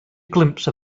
glimpse